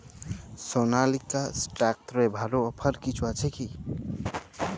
সনালিকা ট্রাক্টরে ভালো অফার কিছু আছে কি?